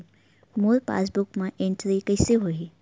मोर passbook मा entry कइसे होही?